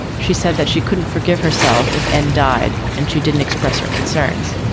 she said that she couldn't forgive herself if and died, and she didn't express her concerns.